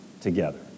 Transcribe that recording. together